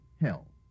Hell